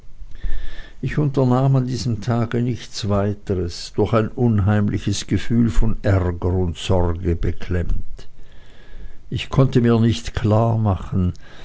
ich unternahm an diesem tage nichts weiteres durch ein unheimliches gefühl von ärger und sorge beklemmt ich konnte mir nicht